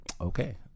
Okay